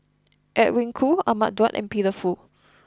Edwin Koo Ahmad Daud and Peter Fu